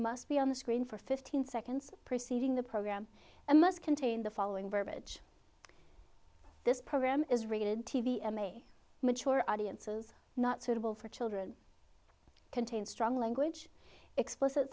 must be on the screen for fifteen seconds preceding the program and must contain the following verbiage this program is rated t v and may mature audiences not suitable for children contain strong language explicit